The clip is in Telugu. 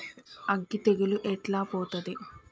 అగ్గి తెగులు ఎట్లా పోతది?